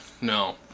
No